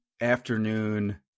afternoon